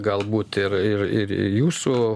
galbūt ir ir ir jūsų